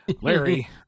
Larry